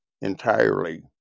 entirely